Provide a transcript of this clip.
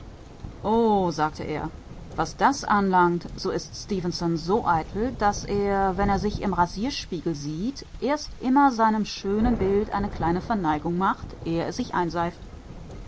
oh sagte er was das anlangt so ist stefenson so eitel daß er wenn er sich im rasierspiegel sieht erst immer seinem schönen bild eine kleine verneigung macht ehe er sich einseift